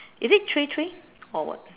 is it three three or what